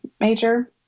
major